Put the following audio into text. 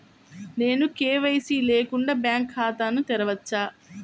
నేను కే.వై.సి లేకుండా బ్యాంక్ ఖాతాను తెరవవచ్చా?